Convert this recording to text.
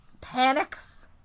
panics